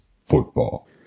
Football